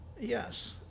yes